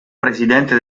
presidente